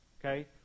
okay